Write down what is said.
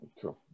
True